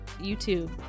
YouTube